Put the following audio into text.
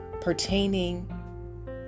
pertaining